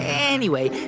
anyway,